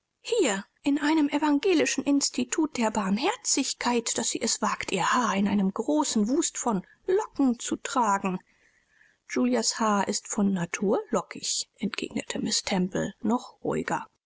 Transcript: hier in einem evangelischen institut der barmherzigkeit daß sie es wagt ihr haar in einem großen wust von locken zu tragen julias haar ist von natur lockig entgegnete miß temple noch ruhiger